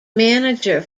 manager